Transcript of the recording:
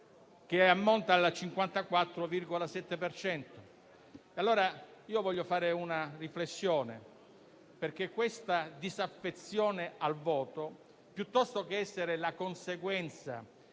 che ammonta al 54,7 per cento. Voglio fare una riflessione, perché la disaffezione al voto, piuttosto che essere la conseguenza